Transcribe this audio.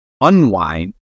unwind